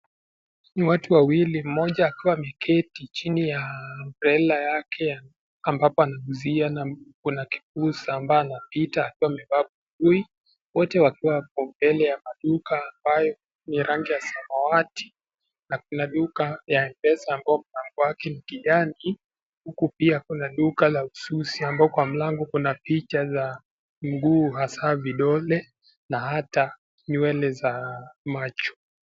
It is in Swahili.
Ni watu wawili mmoja akiwa ameketi chini ya trela yake ya ,ambapo anauzia na Kuna muuguzi Fulani anayepita akiwa amevaa buibui . Wote wakiwa hapo mbele ya maduka ambayo ni rangi ya samawati na Kuna duka ya mpesa ambao mlango wake ni ya kijani . Huku pia Kuna duka la ushushi ambapo mlango Kuna picha za muguu asaa vidole ata nywele za macho.